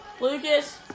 Lucas